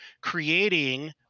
creating